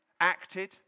acted